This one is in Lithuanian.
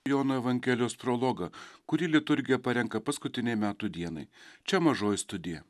jono evangelijos prologą kurį liturgija parenka paskutinei metų dienai čia mažoji studija